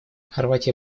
хорватия